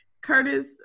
curtis